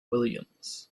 williams